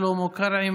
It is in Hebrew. שלמה קרעי,